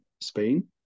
Spain